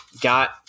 got